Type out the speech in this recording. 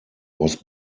was